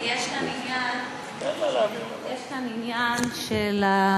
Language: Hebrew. כי עדיין יש כאן העניין של הערבות.